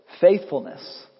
faithfulness